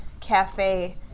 cafe